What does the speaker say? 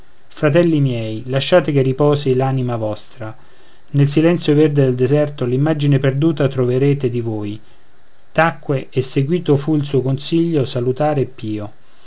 fratelli miei lasciate che riposi l'anima vostra nel silenzio verde del deserto l'immagine perduta troverete di voi tacque e seguito fu il suo consiglio salutare e pio